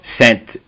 sent